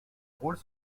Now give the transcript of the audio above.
rôles